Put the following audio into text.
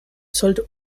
sollte